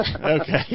Okay